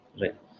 right